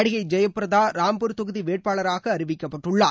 நடிகை ஜெயப்பிரதா ராம்பூர் தொகுதி வேட்பாளராக அறிவிக்கப்பட்டுள்ளார்